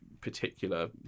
particular